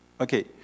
Okay